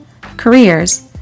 careers